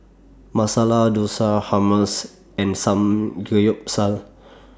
Masala Dosa Hummus and Samgeyopsal